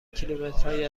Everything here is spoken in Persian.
کیلومترهای